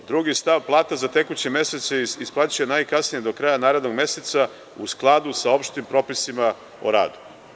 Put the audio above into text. Drugi stav – plata za tekući mesec se isplaćuje najkasnije do kraja narednog meseca, u skladu sa opštim propisima o radu.